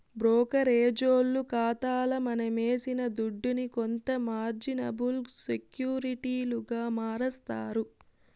బ్రోకరేజోల్లు కాతాల మనమేసిన దుడ్డుని కొంత మార్జినబుల్ సెక్యూరిటీలుగా మారస్తారు